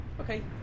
Okay